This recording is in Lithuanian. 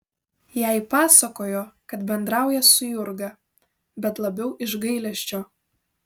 jai pasakojo kad bendrauja su jurga bet labiau iš gailesčio